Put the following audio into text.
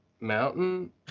mountain